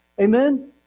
Amen